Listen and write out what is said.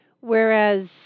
whereas